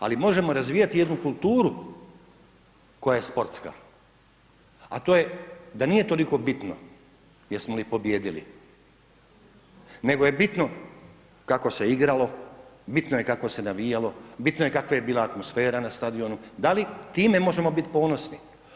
Ali možemo razvijati jednu kulturu koja je sportska a to je da nije toliko bitno jesmo li pobijedili, nego je bitno kako se igralo, bitno je kako se navijalo, bitno je kakva je bila atmosfera na stadionu, da li time mi možemo biti ponosni.